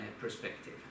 perspective